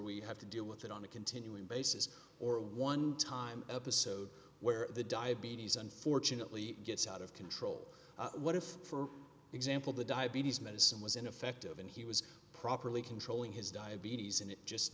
we have to deal with it on a continuing basis or one time episode where the diabetes unfortunately gets out of control what if for example the diabetes medicine was ineffective and he was properly controlling his diabetes and it just